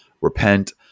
repent